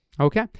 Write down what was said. Okay